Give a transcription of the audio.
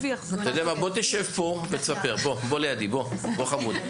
בוא, תשב פה ותספר, בוא לידי, בוא, חמוד.